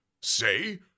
say